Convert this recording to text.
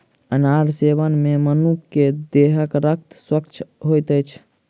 अनार सेवन मे मनुख के देहक रक्त स्वच्छ होइत अछि